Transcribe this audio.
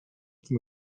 tym